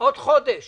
עוד חודש